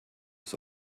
was